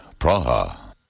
Praha